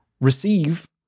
receive